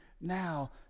now